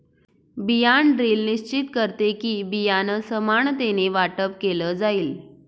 बियाण ड्रिल निश्चित करते कि, बियाणं समानतेने वाटप केलं जाईल